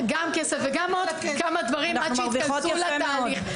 גם כסף וגם עוד כמה דברים עד שיכנסו לתהליך.